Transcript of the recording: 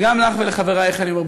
וגם לך ולחברייך אני אומר,